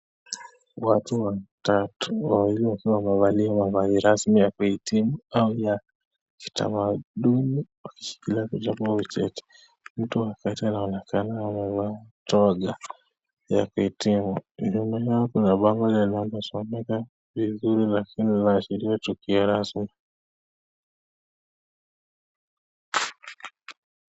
Watu watatu, wawili wakiwa wamevalia mavazi rasmi ya kuhitimu au ya kitamaduni wakishikilia cheti. Mtu Wa katikati akionekana amevaa toja ya kuhitimu . Inaonekana hapa Kuna bango inayosomeka vizuri lakini inaashiria tukeo rasmi .